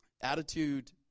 Attitude